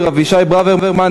אבישי ברוורמן,